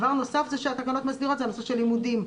דבר נוסף שהתקנות מסדירות זה הנושא של לימודים.